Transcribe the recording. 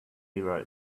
wrote